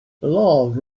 love